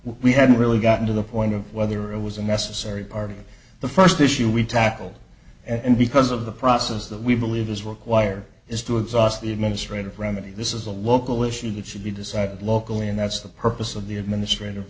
we haven't really gotten to the point of whether it was a necessary part of the first issue we tackle and because of the process that we believe is require is to exhaust the administrative remedy this is a local issue that should be decided locally and that's the purpose of the administrative